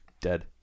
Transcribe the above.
dead